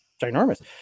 ginormous